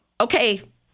Okay